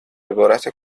عبارت